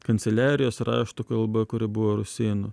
kanceliarijos rašto kalba kuri buvo rusėnų